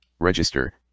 Register